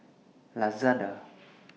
Lazada